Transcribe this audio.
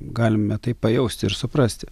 galime tai pajausti ir suprasti